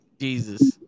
Jesus